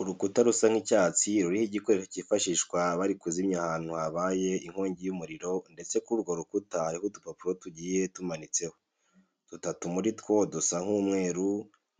Urukuta rusa nk'icyatsi ruriho igikoresho cyifashishwa bari kuzimya ahantu habaye inkongi y'umuriro ndetse kuri urwo rukuta hariho udupapuro tugiye tumanitseho, dutatu muri two dusa nk'umweru,